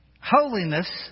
holiness